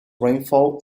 rainfall